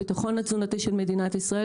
הביטחון התזונתי של מדינת ישראל,